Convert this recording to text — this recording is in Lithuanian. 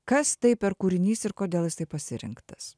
kas tai per kūrinys ir kodėl jis taip pasirinktas